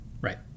Right